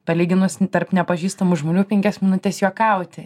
palyginus tarp nepažįstamų žmonių penkias minutes juokauti